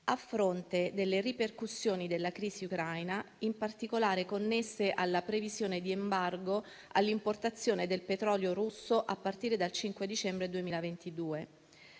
a fronte delle ripercussioni della crisi ucraina, in particolare connesse alla previsione di embargo all'importazione del petrolio russo a partire dal 5 dicembre 2022.